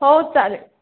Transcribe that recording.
हो चालेल